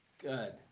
Good